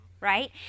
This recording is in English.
right